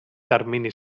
termini